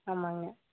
ஆமாங்க